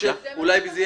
אולי זאת תהיה